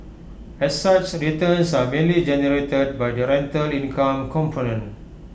as such returns are mainly generated by the rental income component